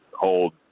hold